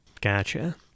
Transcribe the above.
Gotcha